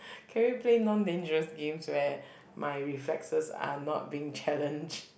can we play non dangerous games where my reflexes are not being challenged